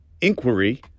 inquiry